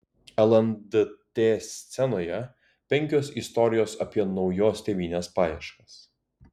lndt scenoje penkios istorijos apie naujos tėvynės paieškas